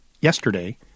yesterday